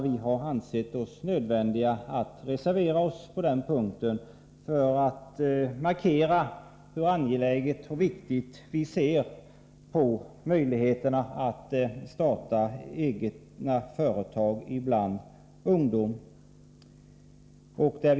Vi har därför reserverat oss på den punkten för att markera hur angeläget och viktigt vi anser det vara att vi tar till vara möjligheterna för ungdomar att starta egna företag.